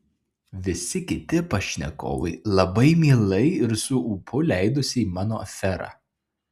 visi kiti pašnekovai labai mielai ir su ūpu leidosi į mano aferą